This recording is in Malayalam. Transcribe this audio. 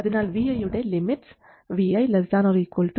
അതിനാൽ vi യുടെ ലിമിറ്റ്സ് vi ≤ 0